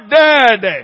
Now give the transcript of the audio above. dead